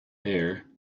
air